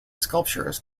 sculptures